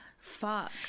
Fuck